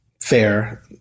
fair